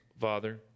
Father